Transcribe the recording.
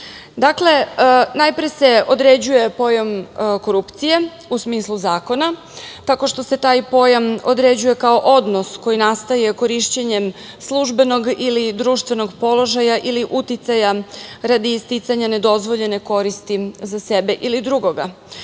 GREKO.Najpre se određuje pojam korupcije u smislu zakona, tako što se taj pojam određuje kao odnos koji nastaje korišćenjem službenog ili društvenog položaja ili uticaja radi sticanja nedozvoljene koristi za sebe ili drugoga.